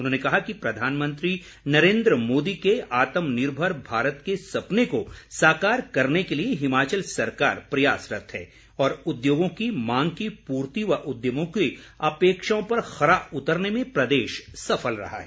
उन्होंने कहा कि प्रधानमंत्री नरेन्द्र मोदी के आत्मनिर्भर भारत के सपने को साकार करने के लिए हिमाचल सरकार प्रयासरत है और उद्योगों की मांग की पूर्ति व उद्यमियों की अपेक्षाओं पर खरा उतरने में प्रदेश सफल रहा है